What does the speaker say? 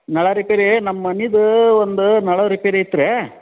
ನಳ ರಿಪೇರಿ ನಮ್ಮ ಮನೇದು ಒಂದು ನಳ ರಿಪೇರಿ ಐತ್ರೀ